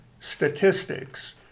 statistics